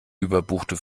überbuchte